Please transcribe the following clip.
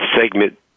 segment